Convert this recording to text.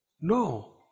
No